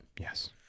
yes